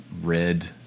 red